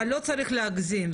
אבל לא צריך להגזים,